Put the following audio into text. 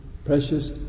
Precious